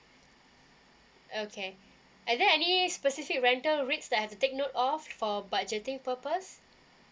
okay are there any specific rental rates that I've to take note of for budgeting purpose